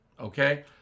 okay